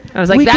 i was like, yeah